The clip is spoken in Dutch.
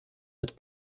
het